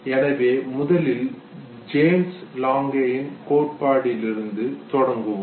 எனவே முதலில் ஜேம்ஸ் லாங்கேயின் கோட்பாட்டிலிருந்து தொடங்குவோம்